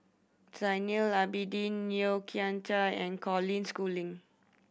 Zainal Abidin Yeo Kian Chai and Colin Schooling